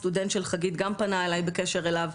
סטודנט של חגית גם פנה אליי בקשר אליו.